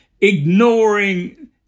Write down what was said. ignoring